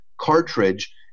cartridge